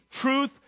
truth